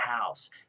house